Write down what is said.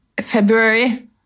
February